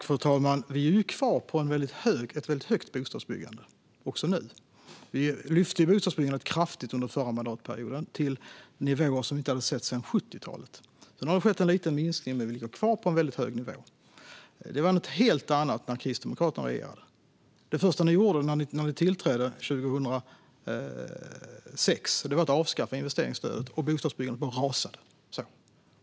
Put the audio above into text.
Fru ålderspresident! Vi är kvar på ett väldigt högt bostadsbyggande. Vi lyfte under förra mandatperioden bostadsbyggandet kraftigt, till nivåer som vi inte hade sett sedan 70-talet. Nu har det skett en liten minskning. Men vi ligger kvar på en väldigt hög nivå. Det var något helt annat när Kristdemokraterna regerade. Det första ni gjorde när ni tillträdde 2006, Larry Söder, var att avskaffa investeringsstödet, och bostadsbyggandet bara rasade.